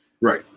Right